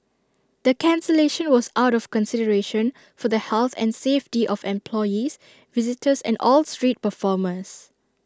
the cancellation was out of consideration for the health and safety of employees visitors and all street performers